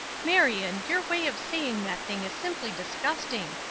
marion, your way of saying that thing is simply disgusting!